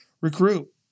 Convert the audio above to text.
recruit